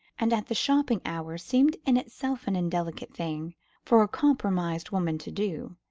and at the shopping hour, seemed in itself an indelicate thing for a compromised woman to do.